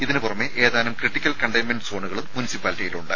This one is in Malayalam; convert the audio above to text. ഇതിന് പുറമെ ഏതാനും ക്രിട്ടിക്കൽ കണ്ടെയ്ൻമെന്റ് സോണുകളും മുനിസിപ്പാലിറ്റിയിലുണ്ട്